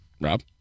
Rob